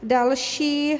Další.